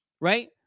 Right